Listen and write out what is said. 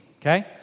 okay